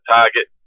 Target